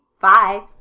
Bye